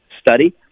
study